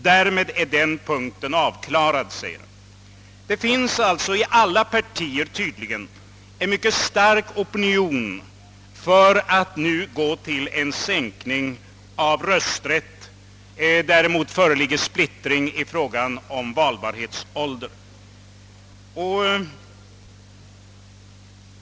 Därmed är den punkten avklarad.» Tydligen finns det alltså i alla partier en mycket stark opinion för att nu sänka rösträttsåldern. Däremot föreligger splittring i fråga om valbarhetsåldern.